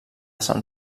sant